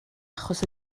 achos